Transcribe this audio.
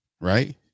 right